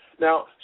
Now